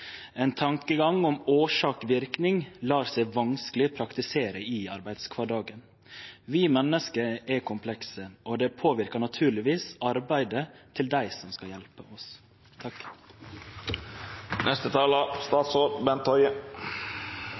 Ein tankegang om årsak–verknad lèt seg vanskeleg praktisere i arbeidskvardagen. Vi menneske er komplekse, og det påverkar naturlegvis arbeidet til dei som skal hjelpe oss.